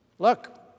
Look